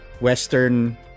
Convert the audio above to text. Western